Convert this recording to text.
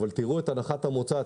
תראו את הנחת המוצא.